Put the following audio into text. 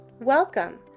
Welcome